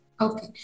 Okay